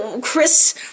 Chris